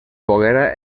poguera